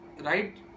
right